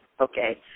Okay